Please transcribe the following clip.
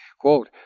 Quote